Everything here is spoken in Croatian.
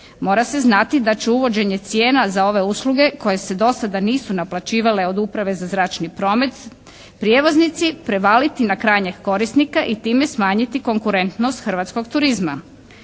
Mora se znati da će uvođenje cijena za ove usluge koje se do sada nisu naplaćivale od uprave za zračni promet prijevoznici prevaliti na krajnjeg korisnika i time smanjiti konkurentnost hrvatskog turizma.